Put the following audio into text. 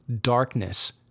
darkness